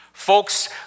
Folks